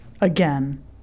again